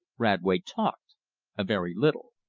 radway talked a very little.